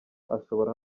ashobora